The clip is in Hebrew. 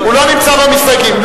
הוא לא נמצא במסתייגים.